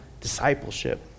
discipleship